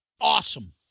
Awesome